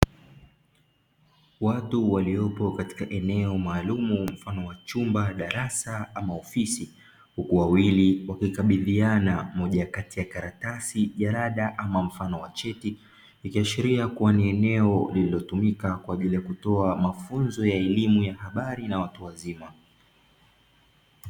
Watu waliopo katika eneo maalumu mfano wa chumba, darasa ama ofisi, huku wawili wakikabidhiana moja kati ya karatasi, jalada ama mfano wa cheti; ikiashiria kuwa ni eneo lililotumika kwa ajili ya kutoa mafunzo ya elimu ya habari na watu wazima.